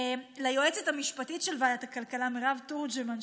ליועצת המשפטית של ועדת הכלכלה מירב תורג'מן,